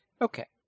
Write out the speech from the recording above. okay